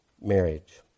marriage